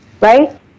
right